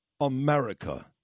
America